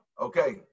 okay